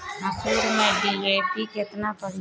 मसूर में डी.ए.पी केतना पड़ी?